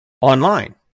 online